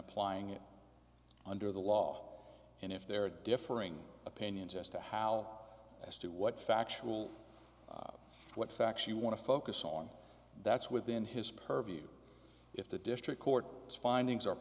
applying it under the law and if there are differing opinions as to how as to what factual what facts you want to focus on that's within his purview if the district court findings are